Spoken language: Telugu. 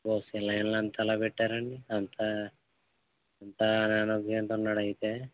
అలా పెట్టారండి అంతా అంత అయితే